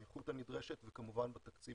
באיכות הנדרשת וכמובן בתקציב